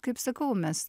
kaip sakau mes